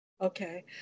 Okay